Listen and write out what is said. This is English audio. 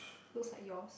looks like yours